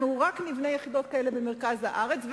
אנחנו נבנה יחידות כאלה רק במרכז הארץ,